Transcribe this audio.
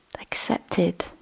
accepted